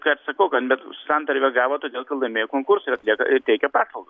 ką ir sakau kad bet santarvė gavo todėl kad laimėjo konkursą ir atlieka ir teikia paslaugas